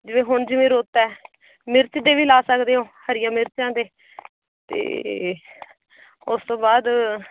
ਜਿਵੇਂ ਹੁਣ ਜਿਵੇਂ ਰੁੱਤ ਆ ਮਿਰਚ ਦੇ ਵੀ ਲਾ ਸਕਦੇ ਹੋ ਹਰੀਆ ਮਿਰਚਾਂ ਦੇ ਅਤੇ ਉਸ ਤੋਂ ਬਾਅਦ